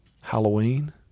Halloween